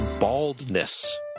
BALDNESS